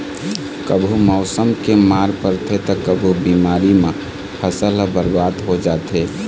कभू मउसम के मार परथे त कभू बेमारी म फसल ह बरबाद हो जाथे